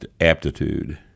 aptitude